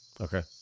Okay